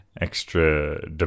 extra